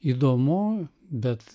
įdomu bet